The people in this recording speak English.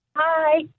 Hi